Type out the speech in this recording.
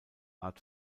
art